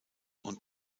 und